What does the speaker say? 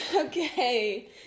Okay